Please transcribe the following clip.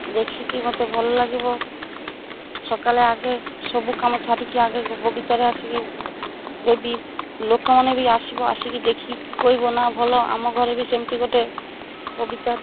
ଦେଖିକି ମୋତେ ଭଲ ଲାଗିବ ସକାଳେ ଆଗେ ସବୁ କାମ ଛାଡ଼ିକି ଆଗେ ବଗିଚାରେ ଆସିକି ଦେବି ଲୋକମାନେ ବି ଆସିବେ ଆସିକି ଦେଖିକି କହିବେ ନା ଭଲ ଆମ ଘରେ ବି ସେମିତି ଗୋଟେ ବଗିଚା